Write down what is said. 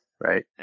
right